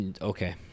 okay